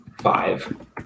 five